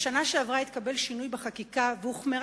בשנה שעברה התקבל שינוי בחקיקה והוחמרה